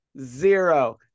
Zero